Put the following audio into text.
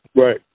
Right